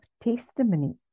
Testimony